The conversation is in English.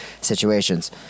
situations